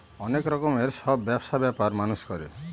অনেক রকমের সব ব্যবসা ব্যাপার মানুষ করে